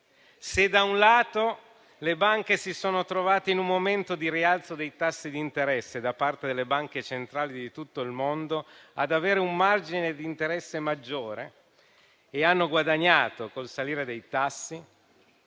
Se da un lato le banche si sono trovate, in un momento di rialzo dei tassi di interesse da parte delle banche centrali di tutto il mondo, ad avere un margine di interesse maggiore e hanno guadagnato col salire dei tassi,